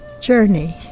journey